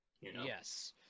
Yes